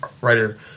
writer